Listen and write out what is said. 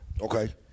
Okay